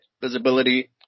visibility